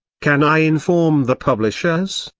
can i inform the publishers?